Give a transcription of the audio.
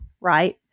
Right